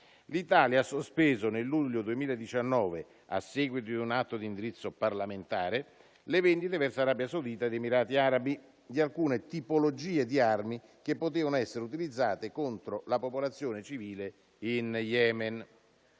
L'Italia ha sospeso - nel luglio 2019 - a seguito di un atto di indirizzo parlamentare, le vendite verso Arabia Saudita ed Emirati Arabi di alcune tipologie di armi che potevano essere utilizzate contro la popolazione civile in Yemen.